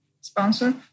sponsor